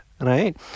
right